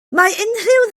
mae